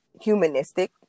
humanistic